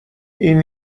این